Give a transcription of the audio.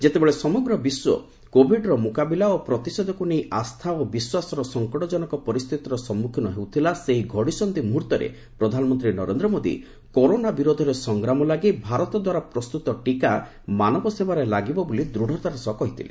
ଯେତେବେଳେ ସମଗ୍ର ବିଶ୍ୱ କୋଭିଡ୍ର ମୁକାବିଲା ଓ ପ୍ରତିଷେଧକକୁ ନେଇ ଆସ୍ଥା ଓ ବିଶ୍ୱାସର ସଙ୍କଟଜନକ ପରିସ୍ଥିତିର ସମ୍ମୁଖୀନ ହେଉଥିଲା ସେହି ଘଡ଼ିସନ୍ଧି ମୁହୂର୍ତ୍ତରେ ପ୍ରଧାନମନ୍ତ୍ରୀ ନରେନ୍ଦ୍ର ମୋଦି କରୋନା ବିରୋଧରେ ସଂଗ୍ରାମ ଲାଗି ଭାରତଦ୍ୱାରା ପ୍ରସ୍ତୁତ ଟିକା ମାନବ ସେବାରେ ଲାଗିବ ବୋଲି ଦୃଢ଼ତାର ସହ କହିଥିଲେ